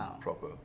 proper